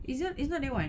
it's not it's not that [one]